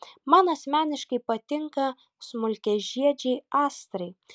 man asmeniškai patinka smulkiažiedžiai astrai